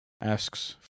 asks